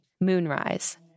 Moonrise